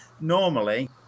normally